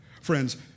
Friends